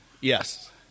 Yes